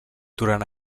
durant